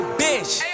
bitch